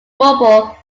mobile